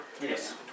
Yes